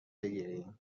بگیریم